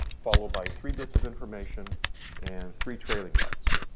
followed by three bits of information and three trailing bytes.